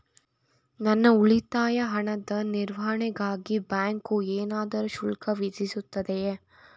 ನನ್ನ ಉಳಿತಾಯ ಹಣದ ನಿರ್ವಹಣೆಗಾಗಿ ಬ್ಯಾಂಕು ಏನಾದರೂ ಶುಲ್ಕ ವಿಧಿಸುತ್ತದೆಯೇ?